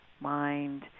mind